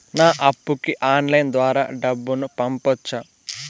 నా అప్పుకి ఆన్లైన్ ద్వారా డబ్బును పంపొచ్చా